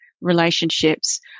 relationships